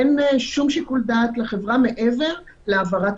אין שום שיקול דעת לחברה מעבר להעברת